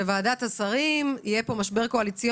הישיבה ננעלה בשעה